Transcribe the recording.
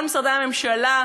כל משרדי הממשלה,